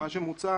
מה שמוצע